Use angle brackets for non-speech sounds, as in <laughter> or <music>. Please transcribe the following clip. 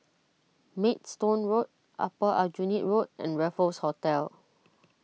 <noise> Maidstone Road Upper Aljunied Road and Raffles Hotel